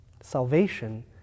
Salvation